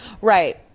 Right